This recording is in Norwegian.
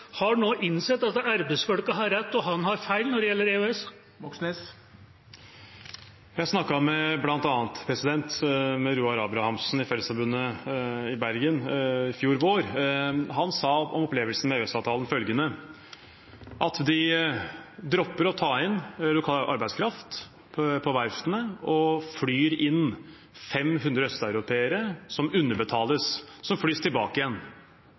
Har han nå innsett at arbeidsfolk har rett og han tar feil når det gjelder EØS? Jeg snakket bl.a. med Roar Abrahamsen i Fellesforbundet i Bergen i fjor vår. Han sa om opplevelsen med EØS-avtalen følgende: De dropper å ta inn lokal arbeidskraft på verftene og flyr inn 500 østeuropeere, som underbetales, og som flys tilbake igjen.